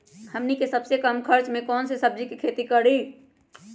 हमनी के सबसे कम खर्च में कौन से सब्जी के खेती करी?